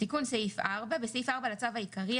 "תיקון סעיף 4 בסעיף 4 לצו העיקרי,